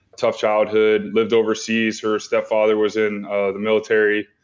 tough childhood, lived overseas. her stepfather was in the military.